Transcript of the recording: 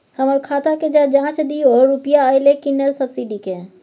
हमर खाता के ज जॉंच दियो रुपिया अइलै की नय सब्सिडी के?